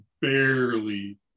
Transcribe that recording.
barely